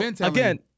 again